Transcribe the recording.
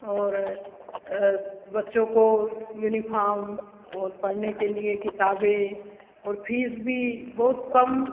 और बच्चों को यूनिफॉर्म और पढ़ने के लिए किताबें और फीस भी बहुत कम